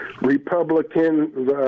Republican